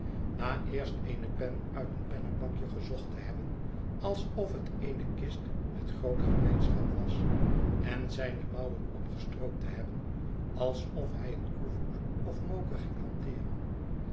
na eerst eene pen uit een pennebakje gezocht te hebben alsof het eenekist met groot gereedschap was en zijne mouwen opgestroopt te hebben alsof hij eenkoevoet of moker ging hanteeren